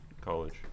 college